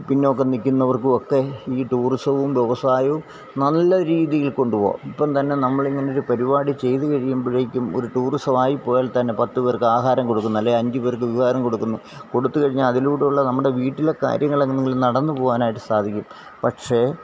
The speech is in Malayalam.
പിന്നോക്കം നില്ക്കുന്നവര്ക്കുമൊക്കെ ഈ ടൂറിസവും വ്യവസായവും നല്ല രീതിയില് കൊണ്ടുപോവാം ഇപ്പോള് തന്നെ നമ്മളിങ്ങനൊരു പരിപാടി ചെയ്തുകഴിയുമ്പോഴേക്കും ഒരു ടൂറിസമായിപ്പോയാല്തന്നെ പത്തു പേര്ക്കാഹാരം കൊടുക്കുന്നു അല്ലേ അഞ്ചുപേര്ക്ക് വിഹാരം കൊടുക്കുന്നു കൊടുത്തു കഴിഞ്ഞാല് അതിലൂടെയുള്ള നമ്മുടെ വീട്ടിലെ കാര്യങ്ങളെങ്ങനെങ്കിലും നടന്നുപോവാനായിട്ട് സാധിക്കും പക്ഷെ